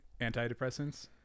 antidepressants